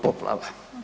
poplava.